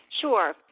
Sure